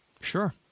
Sure